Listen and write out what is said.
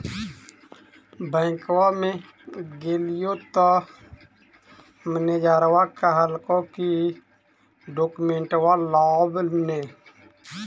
बैंकवा मे गेलिओ तौ मैनेजरवा कहलको कि डोकमेनटवा लाव ने?